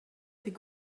fait